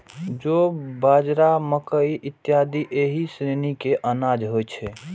जौ, बाजरा, मकइ इत्यादि एहि श्रेणी के अनाज होइ छै